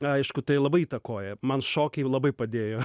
aišku tai labai įtakoja man šokiai labai padėjo